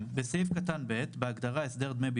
"(א1)עובדים שהם הורים מלווים אשר נעדרו